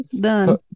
done